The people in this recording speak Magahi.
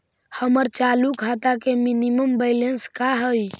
हमर चालू खाता के मिनिमम बैलेंस का हई?